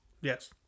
Yes